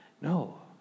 No